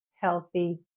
Healthy